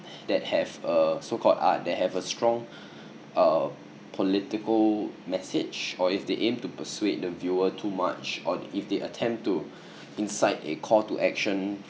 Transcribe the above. that have a so called art that have a strong uh political message or if they aim to persuade the viewer too much or if they attempt to incite a call to action